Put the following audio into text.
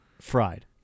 Fried